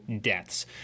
deaths